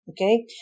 Okay